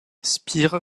spire